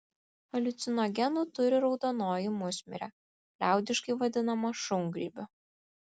haliucinogenų turi raudonoji musmirė liaudiškai vadinama šungrybiu